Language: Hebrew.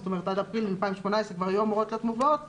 זאת אומרת עד אפריל 2018 כבר היו אמורות להיות מובאות --- טוב,